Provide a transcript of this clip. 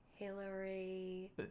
Hillary